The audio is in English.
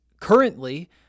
currently